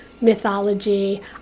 mythology